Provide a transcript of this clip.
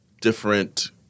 different